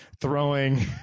throwing